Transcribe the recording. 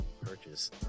purchase